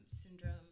Syndrome